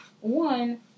one